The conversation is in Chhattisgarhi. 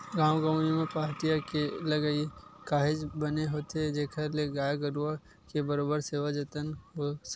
गाँव गंवई म पहाटिया के लगई ह काहेच बने होथे जेखर ले गाय गरुवा के बरोबर सेवा जतन हो सकथे